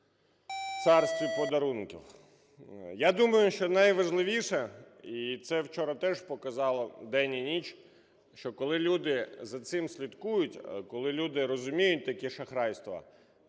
царстві подарунків. Я думаю, що найважливіше, і це вчора теж показала день і ніч, що коли люди за цим слідкують, коли люди розуміють таке шахрайство,